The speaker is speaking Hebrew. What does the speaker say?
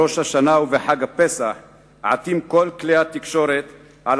בראש השנה ובחג הפסח עטים כל כלי התקשורת על